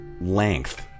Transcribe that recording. length